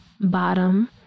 bottom